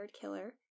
killer